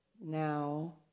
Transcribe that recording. Now